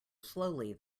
slowly